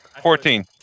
Fourteen